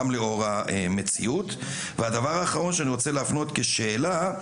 גם לאור המציאות והדבר האחרון שאני רוצה להפנות כשאלה,